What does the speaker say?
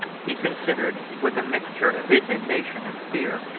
he considered, with a mixture of indignation and fear,